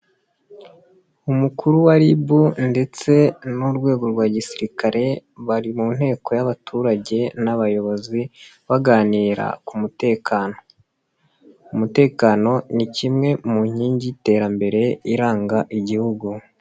Umukuru wa Ribu ndetse n'urwego rwa gisirikare, bari mu nteko y'abaturage n'abayobozi, baganira ku mutekano. Umutekano ni kimwe mu nkingi y'iterambere iranga igihugu.